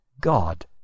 God